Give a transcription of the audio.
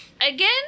Again